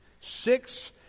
six